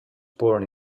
born